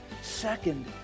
Second